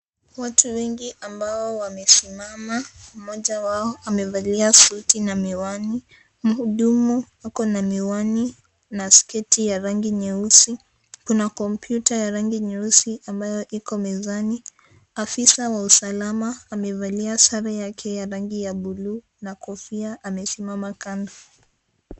Watu wengi ambao wamesimama, mmoja wao amevalia suti na miwani, muhudumu ako na miwani na sketi ya rangi nyeusi kuna kompyuta ya rangi nyeusi ambayo iko mezani, afisa wa usalama amevalia sare yake ya rangi ya bluu na kofia amesimama kando.